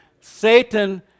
Satan